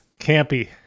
Campy